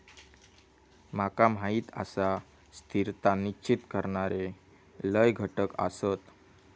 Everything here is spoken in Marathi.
माका माहीत आसा, स्थिरता निश्चित करणारे लय घटक आसत